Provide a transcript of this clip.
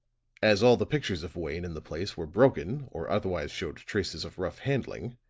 as all the pictures of wayne in the place were broken or otherwise showed traces of rough handling,